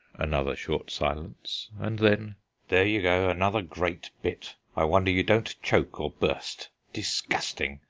another short silence, and then there you go another great bit. i wonder you don't choke or burst! disgusting!